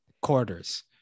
Quarters